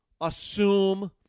assume